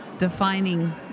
defining